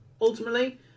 ultimately